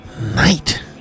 night